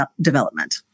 development